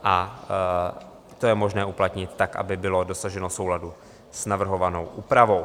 A to je možné uplatnit tak, aby bylo dosaženo souladu s navrhovanou úpravou.